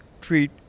treat